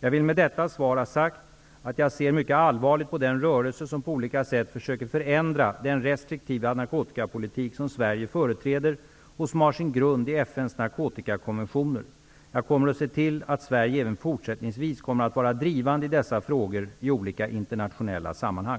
Jag vill med detta svar ha sagt att jag ser mycket allvarligt på den rörelse som på olika sätt försöker förändra den restriktiva narkotikapolitik som Sverige företräder och som har sin grund i FN:s narkotikakonventioner. Jag kommer att se till att Sverige även fortsättningsvis kommer att vara drivande i dessa frågor i olika internationella sammanhang.